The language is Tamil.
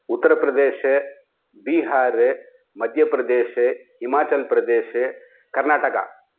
உத்திரப்பிரதேஷ் பீஹார் மத்தியப்பிரதேஷ் இமாச்சல் பிரதேஷ் கர்நாடகா